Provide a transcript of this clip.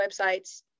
websites